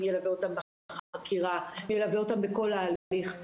אם בחקירה ואם בכל ההליך,